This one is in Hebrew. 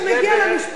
לבית ולילדים.